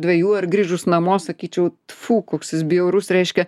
dvejų ar grįžus namo sakyčiau tfu koks bjaurus reiškia